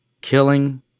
killing